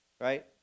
right